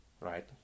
right